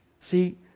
See